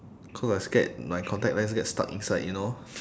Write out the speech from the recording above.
cause I scared my contact lens get stuck inside you know